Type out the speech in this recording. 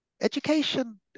education